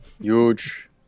huge